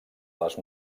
les